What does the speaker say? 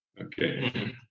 Okay